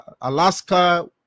Alaska